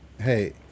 Hey